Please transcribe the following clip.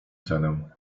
cenę